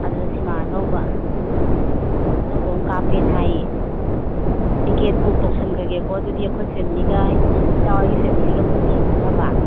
ꯑꯗꯨꯗ ꯁꯤꯃꯥ ꯑꯅꯧꯕ ꯑꯅꯧꯕ ꯑꯃ ꯀꯥꯞꯄꯦꯅ ꯍꯥꯏꯌꯦ ꯇꯤꯛꯀꯦꯠ ꯕꯨꯛ ꯇꯧꯁꯟꯈ꯭ꯔꯒꯦꯀꯣ ꯑꯗꯨꯗꯤ ꯑꯩꯈꯣꯏ ꯐꯦꯃꯤꯂꯤꯒ ꯏꯇꯥ ꯍꯣꯏꯒꯤ ꯐꯦꯃꯤꯂꯤꯒ ꯄꯨꯟꯅ ꯌꯦꯡ ꯆꯠꯅꯕ